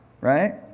Right